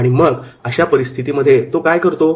' आणि मग अशा परिस्थितीमध्ये तो काय करतो